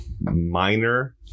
minor